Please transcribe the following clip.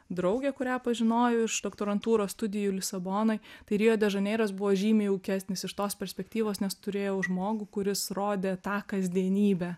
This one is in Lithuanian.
draugė kurią pažinojau iš doktorantūros studijų lisabonoj tai rio de žaneiras buvo žymiai jaukesnis iš tos perspektyvos nes turėjau žmogų kuris rodė tą kasdienybę